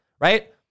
right